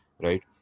right